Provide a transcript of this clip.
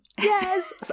Yes